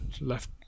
left